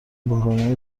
بحرانهای